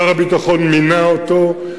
שר הביטחון מינה אותו,